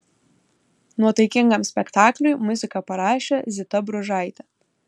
nuotaikingam spektakliui muziką parašė zita bružaitė